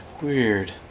Weird